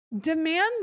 Demand